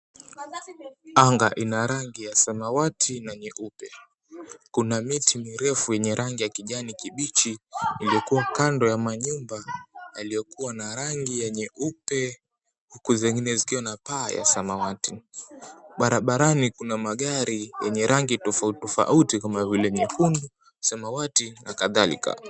Anga ina rangi ya samawati na nyeupe kuna miti mirefu yenye rangi ya kijani kibichi iliyokuwa kando ya majumba yaliyo na rangi ya nyeupe na zingine zikiwa na paa za samawati barabaranibkuna magari yenye rangi tofauti tofauti kama vile nyekundu, nyeupe na kadhalika.